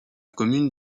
commune